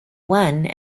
one